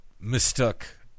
mistook